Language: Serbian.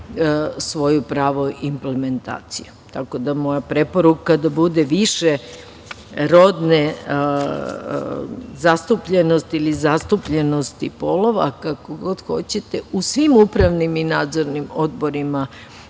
svoju pravu implementaciju. Tako da, moja preporuka je da bude više rodne zastupljenosti ili zastupljenosti polova, kako god hoćete, u svim upravnim i nadzornim odborima